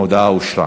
ההודעה אושרה.